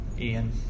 Ian